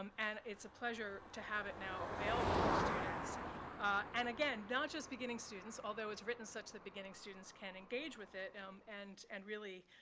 um and it's a pleasure to have it now available for students and, again, not just beginning students, although it's written such that beginning students can engage with it um and and really